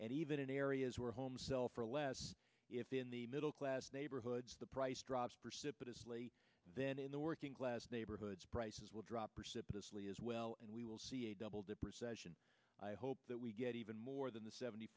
and even in areas where homes sell for less if the in the middle class neighborhoods the price drops but then in the working class neighborhoods prices will drop precipitously as well and we will see a double dip recession i hope that we get even more than the seventy